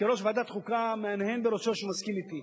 כראש ועדת חוקה, מהנהן בראשו שהוא מסכים אתי.